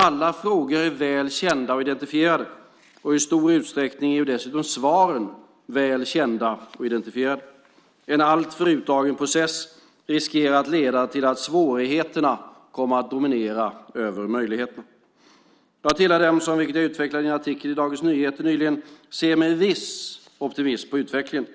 Alla frågor är väl kända och identifierade; i stor utsträckning är ju dessutom svaren väl kända och identifierade. En alltför utdragen process riskerar att leda till att svårigheterna kommer att dominera över möjligheterna. Jag tillhör dem som - vilket jag utvecklade i en artikel i Dagens Nyheter nyligen - ser med viss optimism på utvecklingen.